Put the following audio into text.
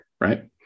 right